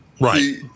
right